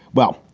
well,